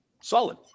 solid